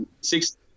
six